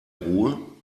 ruhr